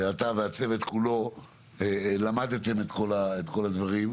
אתה והצוות כולו למדתם את כל הדברים.